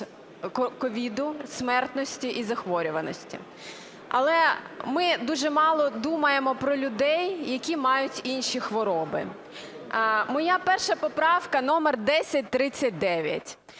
ковіду, смертності і захворюваності. Але ми дуже мало думаємо про людей, які мають інші хвороби. Моя перша поправка номер 1039.